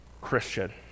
Christian